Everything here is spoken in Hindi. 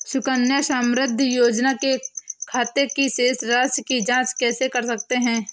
सुकन्या समृद्धि योजना के खाते की शेष राशि की जाँच कैसे कर सकते हैं?